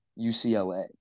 UCLA